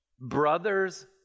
brothers